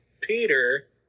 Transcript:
Peter